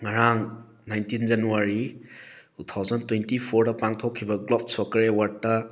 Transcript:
ꯉꯔꯥꯡ nineteen January two thousand twenty ꯐꯣꯔꯗ ꯄꯥꯡꯊꯣꯛꯈꯤꯕ ꯒ꯭ꯂꯣꯞ ꯁꯣꯀꯔ ꯑꯦꯋꯥꯔꯗꯇ